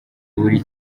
buri